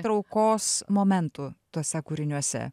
traukos momentų tuose kūriniuose